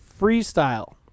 freestyle